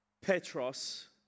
Petros